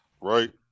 right